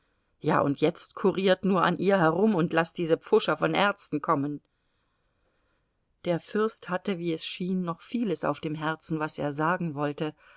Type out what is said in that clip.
ja und jetzt kuriert nur an ihr herum und laßt diese pfuscher von ärzten kommen der fürst hatte wie es schien noch vieles auf dem herzen was er sagen wollte